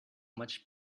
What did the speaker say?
much